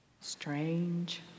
strange